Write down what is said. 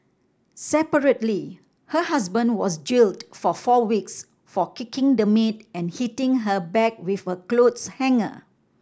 separately her husband was jailed for four weeks for kicking the maid and hitting her back with a clothes hanger